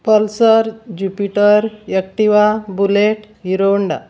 pulsar jupiter Activa bullet Hero Honda